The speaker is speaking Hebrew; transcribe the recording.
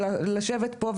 ולשבת פה,